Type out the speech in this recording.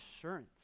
assurance